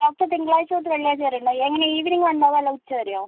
doctor തിങ്കളാഴ്ച തൊട്ട് വെള്ളിയാഴ്ച വരെ ഉണ്ടാകും എങ്ങനെ ഈവനിംഗാണോ ഉണ്ടാവുക അല്ലെങ്കിൽ ഉച്ച വരെയോ